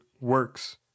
works